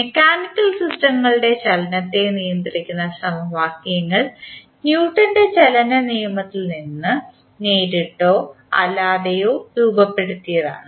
mechanical സിസ്റ്റങ്ങളുടെ ചലനത്തെ നിയന്ത്രിക്കുന്ന സമവാക്യങ്ങൾ ന്യൂട്ടൻറെ ചലന നിയമത്തിൽ നിന്ന് നേരിട്ടോ അല്ലാതെയോ രൂപപ്പെടുത്തിയതാണ്